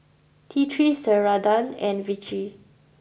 T three Ceradan and Vichy